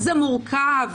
זה מורכב,